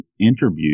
interview